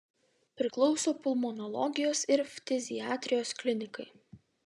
priklauso pulmonologijos ir ftiziatrijos klinikai